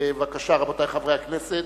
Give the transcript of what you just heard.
ובבקשה, רבותי חברי הכנסת,